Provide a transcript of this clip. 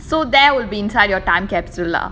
so that will be inside your time capsule lah